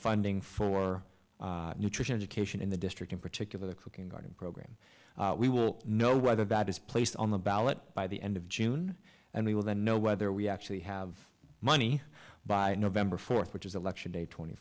funding for nutrition education in the district in particular the cooking garden program we will know whether that is placed on the ballot by the end of june and we will then know whether we actually have money by november fourth which is election day tw